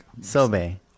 Sobe